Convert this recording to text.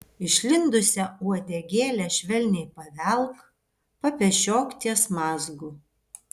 išlindusią uodegėlę švelniai pavelk papešiok ties mazgu